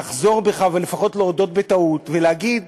לחזור בך ולפחות להודות בטעות ולהגיד